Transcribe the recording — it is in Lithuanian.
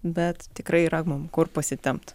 bet tikrai yra mum kur pasitempt